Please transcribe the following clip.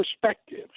perspective